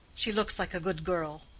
she looks like a good girl.